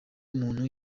muntu